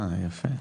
יפה,